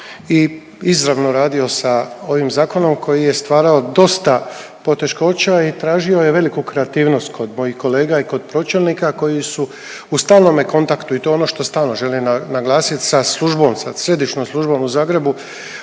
i izravno radio sa ovim zakonom koji je stvarao dosta poteškoća i tražio je veliku kreativnost kod mojih kolega i kod pročelnika koji su u stalnome kontaktu i to je ono što stalno želim naglasiti sa službom, sa središnjom službom u Zagrebu